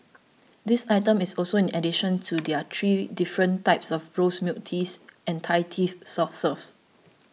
this item is also in addition to their three different types of rose milk teas and Thai tea soft serves